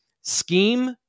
scheme